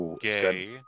gay